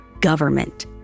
government